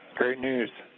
great news.